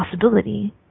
possibility